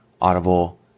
Audible